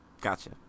Gotcha